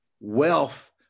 wealth